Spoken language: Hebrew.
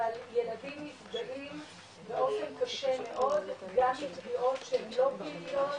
אבל ילדים נפגעים באופן קשה מאוד גם אם זה פגיעות שהן לא פליליות,